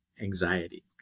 anxiety